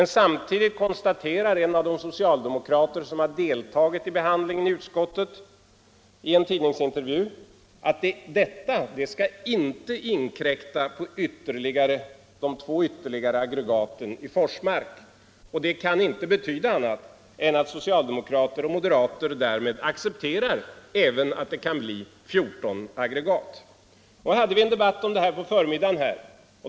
Samtidigt konstaterar en av de socialdemokrater, som har deltagit i behandlingen i utskottet, i en tidningsintervju att detta skall inte inkräkta på de två ytterligare aggregaten i Forsmark. Detta kan inte betyda annat än att socialdemokrater och moderater därmed accepterar att det kan bli 14 aggregat. Nu hade vi en debatt om detta på förmiddagen.